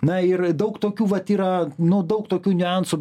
na ir daug tokių vat yra nu daug tokių niuansų